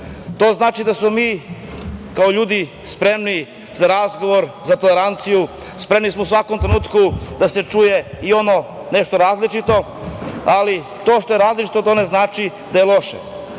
znači da smo mi kao ljudi spremni za razgovor, za toleranciju, spremni smo u svakom trenutku da se čuje i ono nešto različito, ali to što je različito to ne znači da je loše.